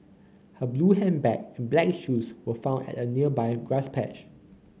her blue handbag and black shoes were found at a nearby grass patch